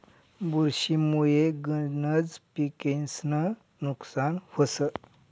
बुरशी मुये गनज पिकेस्नं नुकसान व्हस